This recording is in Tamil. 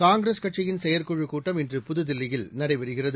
காங்கிரஸ் கட்சியின் செயற்குழுக் கூட்டம் இன்று புதுதில்லியில் நடைபெறுகிறது